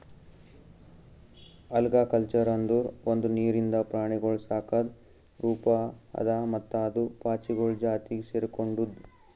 algaculture ಅಂದುರ್ ಒಂದು ನೀರಿಂದ ಪ್ರಾಣಿಗೊಳ್ ಸಾಕದ್ ರೂಪ ಅದಾ ಮತ್ತ ಅದು ಪಾಚಿಗೊಳ್ ಜಾತಿಗ್ ಸೆರ್ಕೊಂಡುದ್